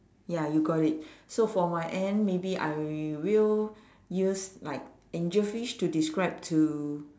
ya you got it so for my end maybe I will use like angelfish to describe to